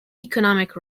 economic